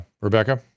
Rebecca